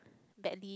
badly